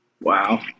Wow